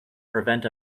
prevent